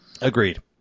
Agreed